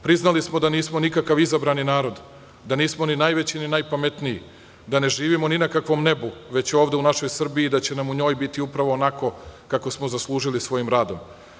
Priznali smo da nismo nikakav izabrani narod, da nismo ni najveći ni najpametniji, da ne živimo ni kakvom nebu, već ovde u našoj Srbiji i da će nam u njoj biti upravo onako kako smo zaslužili svojim radom.